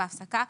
בהפסקה,